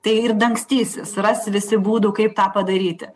tai ir dangstytis ras visi būdų kaip tą padaryti